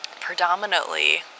predominantly